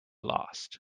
lost